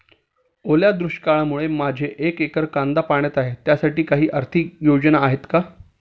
ओल्या दुष्काळामुळे माझे एक एकर कांदा पाण्यात आहे त्यासाठी काही आर्थिक योजना आहेत का?